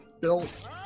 built